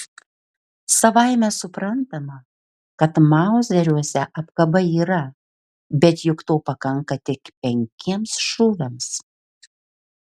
savaime suprantama kad mauzeriuose apkaba yra bet juk to pakanka tik penkiems šūviams